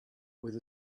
with